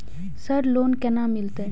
Sir loan केना मिलते?